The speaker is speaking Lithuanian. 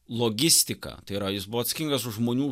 logistiką tai yra jis buvo atsakingas už žmonių